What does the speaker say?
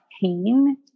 pain